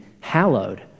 hallowed